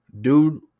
Dude